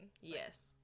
Yes